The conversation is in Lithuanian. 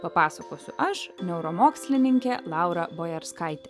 papasakosiu aš neuromokslininkė laura bojerskaitė